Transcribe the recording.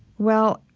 well,